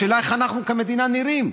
השאלה היא, איך אנחנו כמדינה נראים?